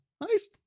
nice